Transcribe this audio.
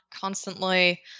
constantly